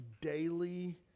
daily